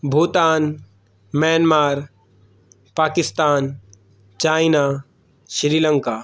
Bhutan Myanmar Pakistan China Sri Lanka